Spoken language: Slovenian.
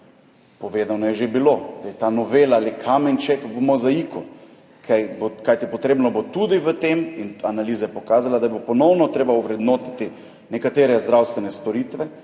Povedano je že bilo, da je ta novela le kamenček v mozaiku, kajti potrebno bo tudi v tem – analiza je pokazala, da bo – ponovno ovrednotiti nekatere zdravstvene storitve.